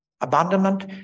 abandonment